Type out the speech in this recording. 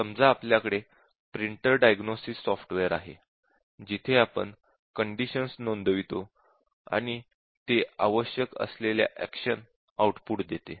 समजा आपल्याकडे printer diagnosis software आहे जिथे आपण कंडिशन नोंदवितो आणि ते आवश्यक असलेल्या एक्शन आउटपुट देते